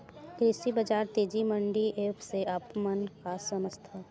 कृषि बजार तेजी मंडी एप्प से आप मन का समझथव?